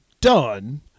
done